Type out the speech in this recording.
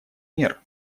мер